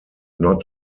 not